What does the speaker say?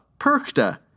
Perkta